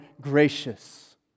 gracious